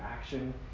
action